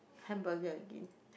hamburger again